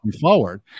forward